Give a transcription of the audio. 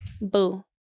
boo